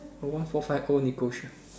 one four five o negotiable